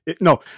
no